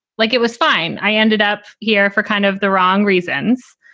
like, it was fine. i ended up here for kind of the wrong reasons.